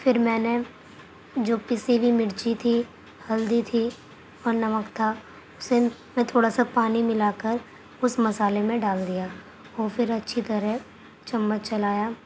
پھر میں نے جو پسی ہوئی مرچی تھی ہلدی تھی اور نمک تھا اُسے میں تھوڑا سا پانی ملا کر اُس مسالے میں ڈال دیا وہ پھر اچھی طرح چمچ چلایا